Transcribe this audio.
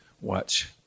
watch